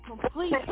complete